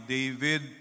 David